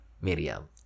Miriam